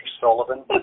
Sullivan